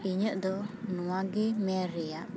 ᱤᱧᱟᱹᱜ ᱫᱚ ᱱᱚᱣᱟᱜᱮ ᱢᱮᱱ ᱨᱮᱭᱟᱜ